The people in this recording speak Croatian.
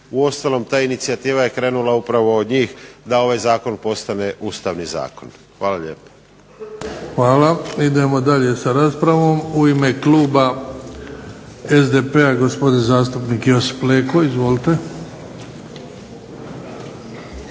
Uostalom ta inicijativa je krenula upravo od njih da ovaj zakon postane ustavni zakon. Hvala lijepa. **Bebić, Luka (HDZ)** Hvala. Idemo dalje sa raspravom. U ime kluba SAP-a gospodin zastupnik Josip Leko. Izvolite.